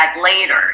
later